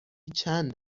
چند